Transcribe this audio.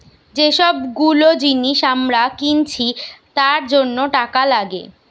যে সব গুলো জিনিস আমরা কিনছি তার জন্য টাকা লাগে